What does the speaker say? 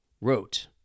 wrote